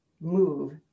move